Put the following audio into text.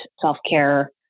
self-care